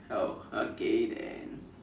oh okay then